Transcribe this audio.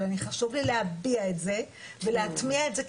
אבל חשוב לי להביע את זה ולהטמיע את זה,